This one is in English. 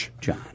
John